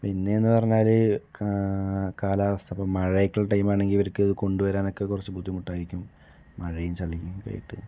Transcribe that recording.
പിന്നേ എന്ന് പറഞ്ഞാല് ക കാലാവസ്ഥ ഇപ്പോൾ മഴയൊക്കെ ഉള്ള ടൈമാണെങ്കിൽ അവർക്ക് കൊണ്ട് വരാനൊക്കെ കുറച്ച് ബുദ്ധിമുട്ടായിരിക്കും മഴയും ചളിയും ഒക്കെ ആയിട്ട്